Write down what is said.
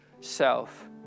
self